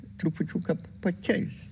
trupučiuką pakeist